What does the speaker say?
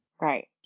Right